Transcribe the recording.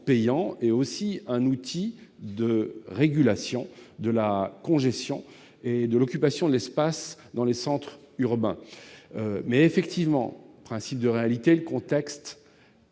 payant est un outil de régulation de la congestion et de l'occupation de l'espace dans les centres urbains. Mais il y a effectivement un principe de réalité. Dans le contexte